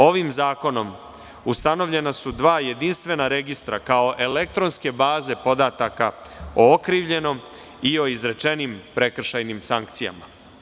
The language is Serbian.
Ovim zakonom ustanovljena su dva jedinstvena registra, kao elektronske baze podataka o okrivljenom i o izrečenim prekršajnim sankcijama.